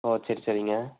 ஓ சரி சரிங்க